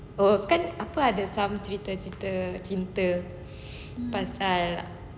oh kan apa ada some cerita-cerita cinta pasal